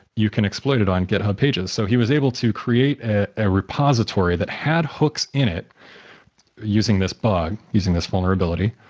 you can exploit it on github pages so he was able to create a ah repository that had hooks in it using this bug, using this vulnerability,